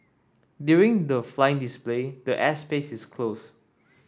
during the flying display the air space is closed